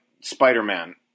Spider-Man